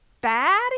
bad